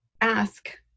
ask